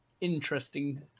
interesting